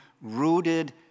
rooted